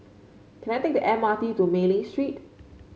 can I take the M R T to Mei Ling Street